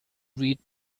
read